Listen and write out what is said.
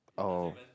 oh